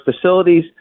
facilities